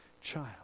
child